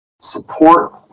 support